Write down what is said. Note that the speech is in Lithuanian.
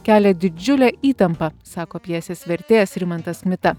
kelia didžiulę įtampą sako pjesės vertėjas rimantas kmita